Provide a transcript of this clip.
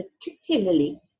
particularly